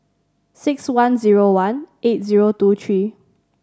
six one zero one eight zero two three